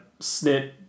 Snit